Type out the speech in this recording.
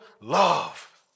love